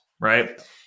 right